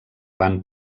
van